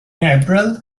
april